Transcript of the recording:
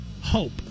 hope